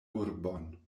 urbon